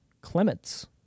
Clements